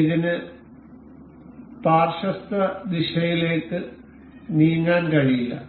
ഇതിന് പാർശ്വസ്ഥ ദിശയിലേക്ക് നീങ്ങാൻ കഴിയില്ല